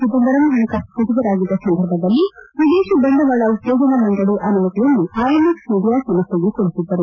ಚಿದಂಬರಂ ಹಣಕಾಸು ಸಚಿವರಾಗಿದ್ದ ಸಂದರ್ಭದಲ್ಲಿ ವಿದೇಶಿ ಬಂಡವಾಳ ಉತ್ತೇಜನ ಮಂಡಳಿಯ ಅನುಮತಿಯನ್ನು ಐಎನ್ಕ್ಸ್ ಮೀಡಿಯಾ ಸಂಸ್ವೆಗೆ ಕೊಡಿಸಿದ್ದರು